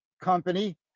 company